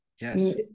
Yes